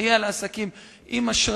התמודדות בטווח הקצר עם האבטלה